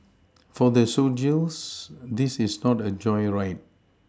for the soldiers this is not a joyride